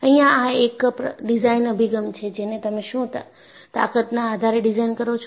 અહિયાં આ એક ડિઝાઇન અભિગમ છે જેને તમે શું તાકતના આધારે ડિઝાઇન કરો છો